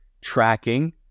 tracking